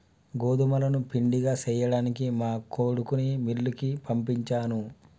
గోదుములను పిండిగా సేయ్యడానికి మా కొడుకుని మిల్లుకి పంపించాను